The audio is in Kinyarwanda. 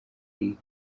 yari